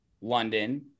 london